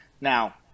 Now